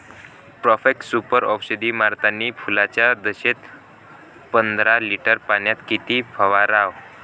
Profex Super औषध मारतानी फुलाच्या दशेत पंदरा लिटर पाण्यात किती फवाराव?